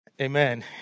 Amen